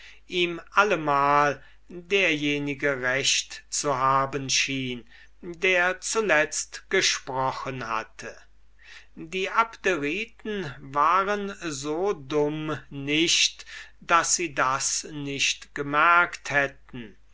ihm allemal derjenige recht zu haben schien der zuletzt gesprochen hatte die abderiten waren so dumm nicht daß sie das nicht gemerkt hätten